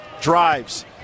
drives